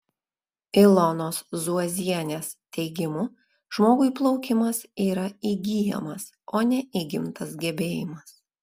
ilonos zuozienės teigimu žmogui plaukimas yra įgyjamas o ne įgimtas gebėjimas